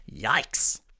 Yikes